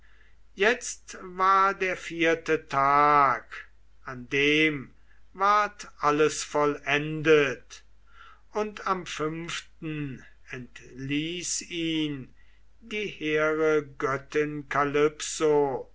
jetzt war der vierte tag an dem ward alles vollendet und am fünften entließ ihn die hehre göttin